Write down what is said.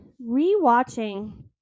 re-watching